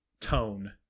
tone